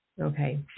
Okay